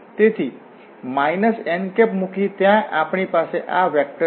તેથી n મૂકી ત્યાં આપણી પાસે આ વેક્ટર છે